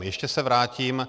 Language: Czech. Ještě se vrátím.